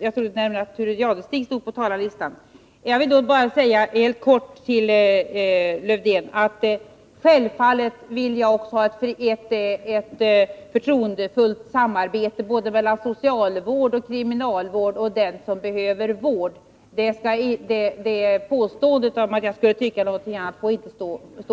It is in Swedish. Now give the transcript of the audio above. jag trodde att Thure Jadestig stod på talarlistan, men nu fick jag alltså ordet ändå. Jag vill då säga helt kort till Lars-Erik Lövdén att självfallet vill jag ha ett förtroendefullt samarbete mellan socialvård, kriminalvård och den som behöver vården. Påståendet att jag skulle tycka något annat får inte stå emotsagt.